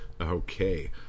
Okay